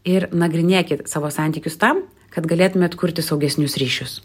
ir nagrinėkit savo santykius tam kad galėtumėt kurti saugesnius ryšius